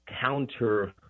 counter